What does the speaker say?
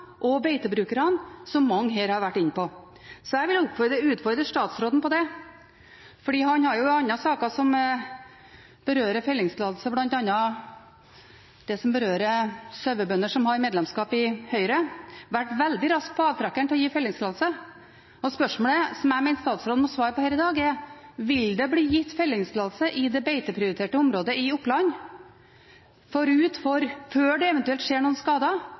og beitebrukerne som mange her har vært inne på. Så jeg vil utfordre statsråden på det, for han har jo i andre saker som berører fellingstillatelse, bl.a. det som berører sauebønder som har medlemskap i Høyre, vært veldig rask på avtrekkeren til å gi fellingstillatelse. Spørsmålet som jeg mener statsråden må svare på her i dag, er: Vil det bli gitt fellingstillatelse i det beiteprioriterte området i Oppland før det eventuelt skjer noen skader,